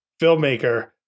filmmaker